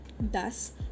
Thus